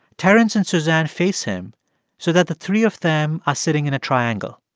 terence and suzanne face him so that the three of them are sitting in a triangle